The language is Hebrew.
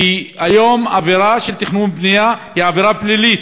כי היום עבירה של תכנון ובנייה היא עבירה פלילית,